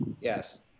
yes